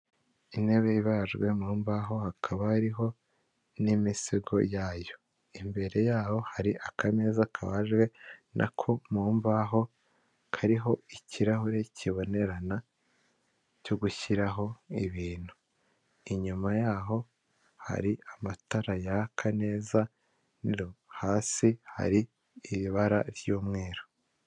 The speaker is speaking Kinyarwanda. Igikorwaremezo cy'umuhanda w'abanyamaguru ndetse w'ibinyabiziga, aho ibinyabiziga hari kugenderwaho n'ibinyabiziga mu bwoko bwa moto eshatu, ebyiri zitwawe n'abayobozi bazo ndetse bafite abagenzi batwaye, ndetse n'indi imwe idafite umugenzi utwaye ahubwo itwawe n'umuyobozi wayo gusa.